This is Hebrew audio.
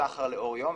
סחר לאור יום,